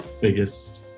biggest